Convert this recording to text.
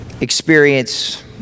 Experience